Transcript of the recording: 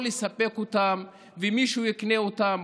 או לספק אותן ומישהו יקנה אותן,